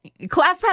ClassPass